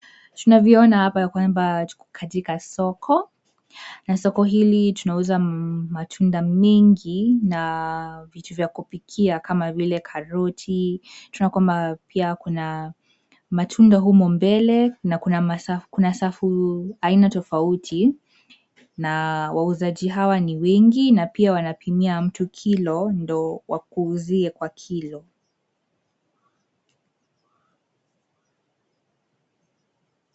Tunavyoona hapa ya kwamba tuko katika soko, na soko hili tunauza matunda mingi na vitu vya kupikia kama vile karoti, tunaona kwamba, pia kuna, matunda humo mbele na kuna safu aina tofauti, na wauzaji hawa ni wengi na pia wanapimia mtu kilo ndio wakuuzie kwa kilo.